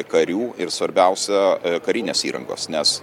karių ir svarbiausia karinės įrangos nes